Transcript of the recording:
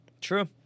true